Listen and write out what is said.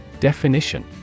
Definition